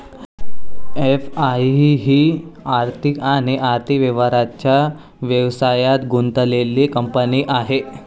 FI ही आर्थिक आणि आर्थिक व्यवहारांच्या व्यवसायात गुंतलेली कंपनी आहे